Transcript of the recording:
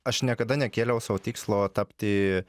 aš niekada nekėliau sau tikslo tapti